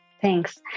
Thanks